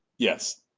yes,